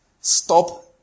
Stop